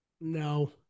No